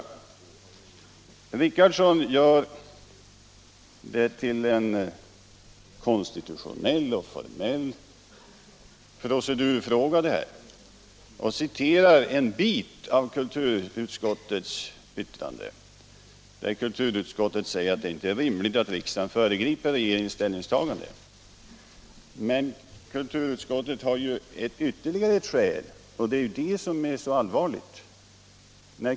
Herr Richardson gör det här till en konstitutionell och formell procedurfråga och citerar en bit av kulturutskottets yttrande, där kulturutskottet säger att det inte är rimligt att riksdagen föregriper regeringens ställningstagande. Men kulturutskottet har ju ett ytterligare skäl, och det är det som är så allvarligt.